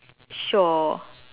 sure